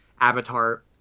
avatar